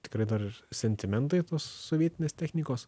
tikrai dar ir sentimentai tos sovietinės technikos